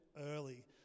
early